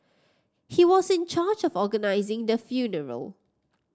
he was in charge of organising the funeral